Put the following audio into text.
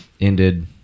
ended